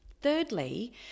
Thirdly